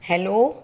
hello